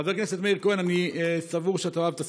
חבר הכנסת מאיר כהן, אני סבור שתאהב את הסיפור.